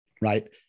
right